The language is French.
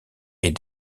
est